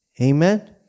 Amen